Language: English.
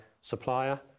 supplier